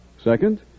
Second